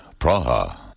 Praha